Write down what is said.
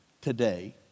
today